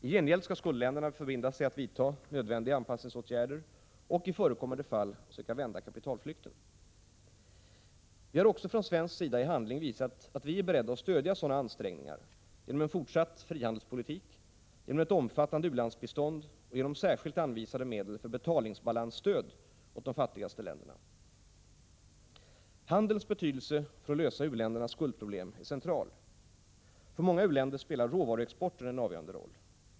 I gengäld skall skuldländerna förbinda sig att vidta nödvändiga anpassningsåtgärder och — i förekommande fall — söka vända kapitalflykten. Vi har också från svensk sida i handling visat att vi är beredda att stödja sådana ansträngningar genom en fortsatt frihandelspolitik, genom ett omfattande u-landsbistånd och genom särskilt anvisade medel för betalningsbalansstöd åt de fattigaste länderna. Handelns betydelse för att lösa u-ländernas skuldproblem är central. För många u-länder spelar råvaruexporten en avgörande roll.